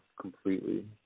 completely